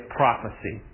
prophecy